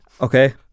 okay